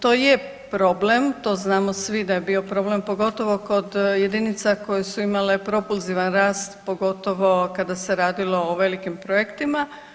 To je problem, to znamo svi da je bio problem pogotovo kod jedinica koje su imale propulzivan rast pogotovo kada se radilo o velikim projektima.